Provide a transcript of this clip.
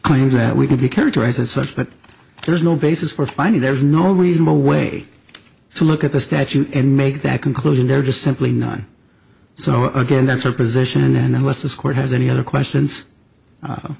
claims that we could be characterized as such but there's no basis for finding there's no reasonable way to look at the statute and make that conclusion there just simply not so again that's our position and unless this court has any other questions